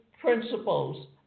principles